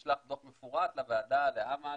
נשלח דוח מפורט לוועדה, לאמל,